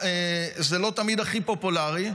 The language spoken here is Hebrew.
זה לא תמיד הכי פופולרי,